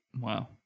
Wow